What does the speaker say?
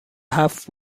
هفت